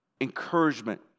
encouragement